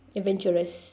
adventurous